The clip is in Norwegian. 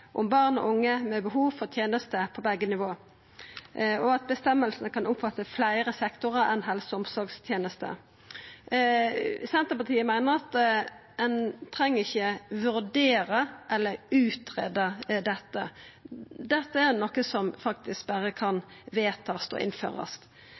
om barn og unge med behov for tjenester fra begge nivåer. Bestemmelsen kan omfatte flere sektorer enn helse- og omsorgstjenestene.» Senterpartiet meiner at ein ikkje treng å vurdera eller greia ut dette. Dette er noko ein faktisk berre